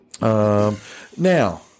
now